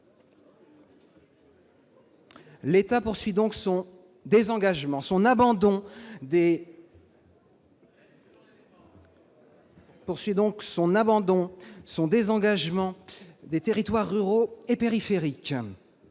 L'État poursuit donc son désengagement, son abandon des territoires ruraux et périphériques.